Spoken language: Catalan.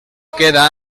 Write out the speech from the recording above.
queda